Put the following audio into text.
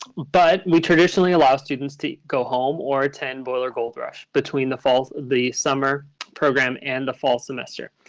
but we traditionally allow students to go home or attend boiler gold rush between the fall the summer program and the fall semester.